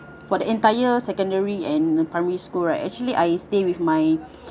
for the entire secondary and primary school right actually I stay with my